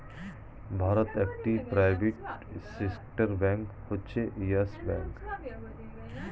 ভারতে একটি private sector bank হচ্ছে ইয়েস ব্যাঙ্ক